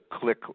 click